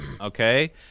Okay